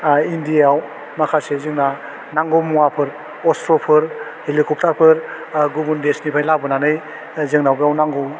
आह इन्डियाव माखासे जोंना नांगौ मुवाफोर अस्ट्रफोर हिलिकप्टारफोर आर गुबुन देशनिफ्राइ लाबोनानै जोंनाव बेयाव नांगौ